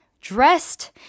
dressed